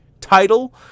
title